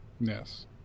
Yes